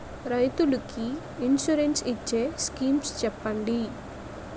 రైతులు కి ఇన్సురెన్స్ ఇచ్చే స్కీమ్స్ చెప్పండి?